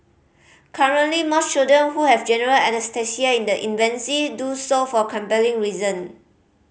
currently most children who have general anaesthesia in the infancy do so for compelling reason